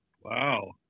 Wow